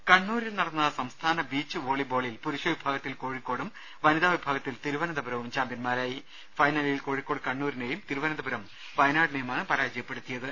രുദ കണ്ണൂരിൽ നടന്ന സംസ്ഥാന ബീച്ച് വോളി ബോളിൽ പുരുഷ വിഭാഗത്തിൽ കോഴിക്കോടും വനിതാ വിഭാഗത്തിൽ തിരുവനന്തപുരവും ചാമ്പ്യന്മാരായി ഫൈനലിൽ കോഴിക്കോട് കണ്ണൂരിനെയും തിരുവനന്തപുരം വയനാടിനെയുമാണ് പരാജയപ്പെടുത്തിയത്